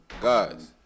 Guys